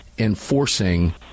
Enforcing